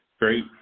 great